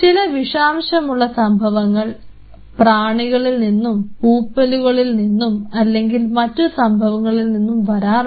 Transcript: ചില വിഷാംശമുള്ള സംഭവങ്ങൾ പ്രാണികളിൽ നിന്നും പൂപ്പലുകളിൽ നിന്നും അല്ലെങ്കിൽ മറ്റു സംഭവങ്ങളിൽ നിന്നും വരാറുണ്ട്